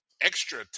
extra